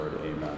Amen